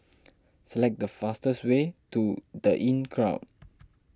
select the fastest way to the Inncrowd